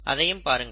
அதையும் பாருங்கள்